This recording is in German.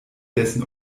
dessen